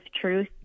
truth